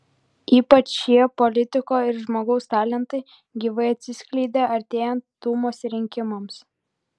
ypač šie politiko ir žmogaus talentai gyvai atsiskleidė artėjant dūmos rinkimams